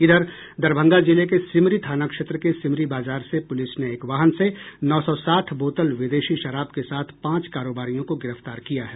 इधर दरभंगा जिले के सिमरी थाना क्षेत्र के सिमरी बाजार से पुलिस ने एक वाहन से नौ सौ साठ बोतल विदेशी शराब के साथ पांच कारोबारियों को गिरफ्तार किया है